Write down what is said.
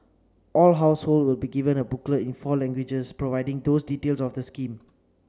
all households will be given a booklet in four languages providing those the details of the scheme